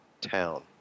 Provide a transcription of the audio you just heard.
town